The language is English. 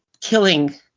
killing –